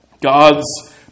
God's